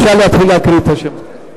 אפשר להתחיל להקריא את השמות.